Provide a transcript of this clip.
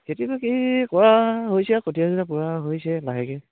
খেতিটো কি কৰা হৈছে কঠীয়া চঠীয়া পৰা হৈছে লাহেকৈ